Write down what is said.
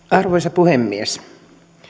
arvoisa puhemies